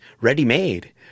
ready-made